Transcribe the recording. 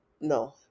no